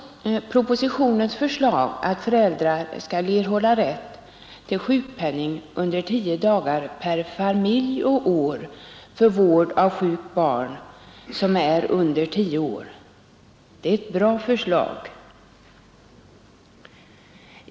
Propositionens förslag att föräldrar skall erhålla rätt till sjukpenning under tio dagar per familj och år för vård av sjukt barn, som är under tio år, är ett bra förslag.